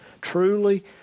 Truly